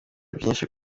byinshi